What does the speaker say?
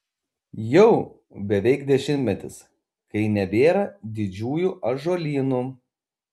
jau beveik dešimtmetis kai nebėra didžiųjų ąžuolynų